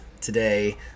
today